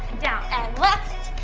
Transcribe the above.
down. and, left,